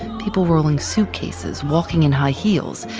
people rolling suitcases, walking in high heels,